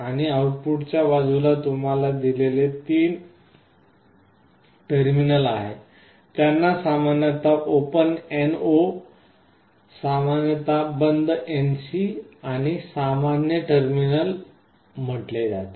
आणि आऊटपुटच्या बाजूला तुम्हाला दिलेले तीन टर्मिनल आहेत त्यांना सामान्यत ओपन एनओ सामान्यत बंद NC आणि सामान्य टर्मिनल म्हटले जाते